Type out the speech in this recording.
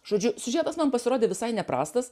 žodžiu siužetas man pasirodė visai neprastas